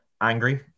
Angry